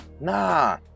Nah